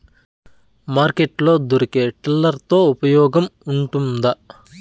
Market లో దొరికే tiller తో ఉపయోగం ఉంటుందా?